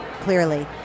clearly